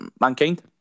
Mankind